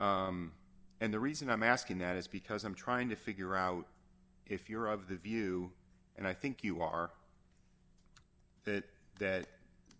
and the reason i'm asking that is because i'm trying to figure out if you're of the view and i think you are that that